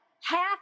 Half